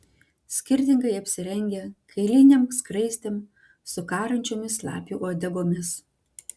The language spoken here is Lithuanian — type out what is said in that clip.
skirtingai apsirengę kailinėm skraistėm su karančiomis lapių uodegomis